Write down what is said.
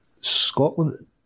Scotland